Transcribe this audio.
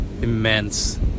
immense